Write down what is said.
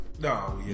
No